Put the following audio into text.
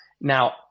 Now